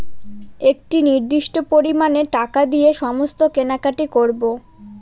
একটি নির্দিষ্ট পরিমানে টাকা দিয়ে সমস্ত কেনাকাটি করবো